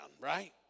right